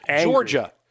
Georgia